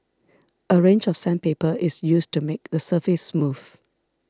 a range of sandpaper is used to make the surface smooth